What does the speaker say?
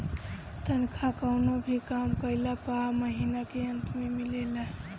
तनखा कवनो भी काम कइला पअ महिना के अंत में मिलेला